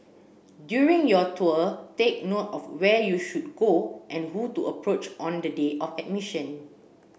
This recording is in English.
during your tour take note of where you should go and who to approach on the day of admission